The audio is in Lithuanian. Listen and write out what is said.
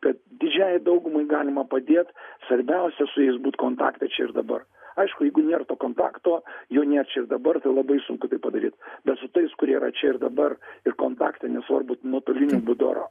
kad didžiajai daugumai galima padėt svarbiausia su jais būti kontakte čia ir dabar aišku jeigu nėr too kontakto jo nėr čia ir dabar tai labai sunku tai padaryti bet su tais kurie yra čia ir dabar ir kompaktai nesvarbu nuotoliniu būdu ar